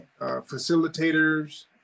facilitators